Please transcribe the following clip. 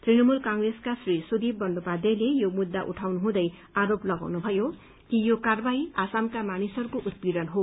तृणमूल कंप्रेसका श्री सुदिप बन्दोपाध्यायले यो मुद्दा उठाउनुहुँदै आरोप लगाउनु भयो कि यो कार्यवाही आसामका मानिसहरूको उत्पीड़न हो